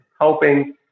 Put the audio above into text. helping